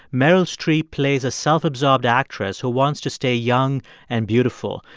meryl streep plays a self-absorbed actress who wants to stay young and beautiful.